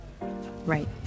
Right